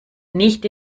nicht